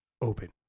Open